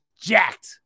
jacked